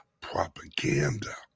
propaganda